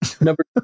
number